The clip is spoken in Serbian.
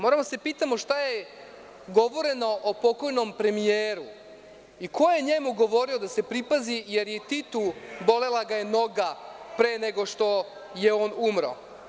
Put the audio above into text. Moramo da se pitamo šta je govoreno o pokojnom premijeru i ko je njemu govorio da se pripazi, jer je i Tita bolela noga pre nego što je on umro.